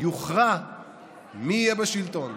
יוכרע מי יהיה בשלטון,